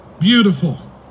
beautiful